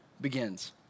begins